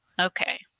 Okay